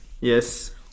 Yes